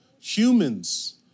humans